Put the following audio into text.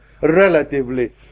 relatively